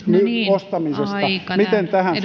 ostamisesta miten tähän